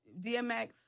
DMX